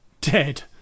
dead